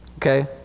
Okay